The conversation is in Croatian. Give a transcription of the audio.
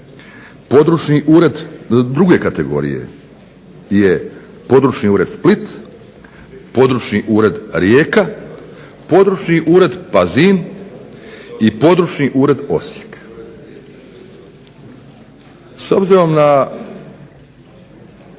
Područni ured druge kategorije je Područni ured Split, Područni ured Rijeka, Područni ured Pazin i Područni ured Osijek. S obzirom na